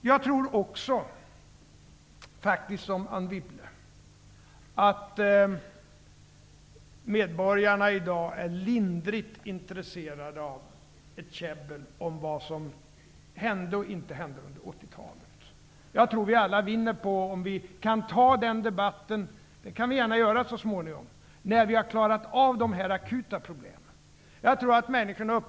Jag tror faktiskt också som Anne Wibble, att medborgarna i dag är lindrigt intresserade av ett käbbel om vad som hände och inte hände under 80 talet. Jag tror att vi alla vinner på om vi kan ta den debatten -- det gör jag gärna -- så småningom, när vi har klarat av dessa akuta problem.